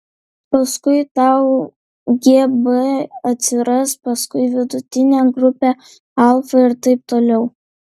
paskui tau gb atsiras paskui vidinė grupė alfa ir taip toliau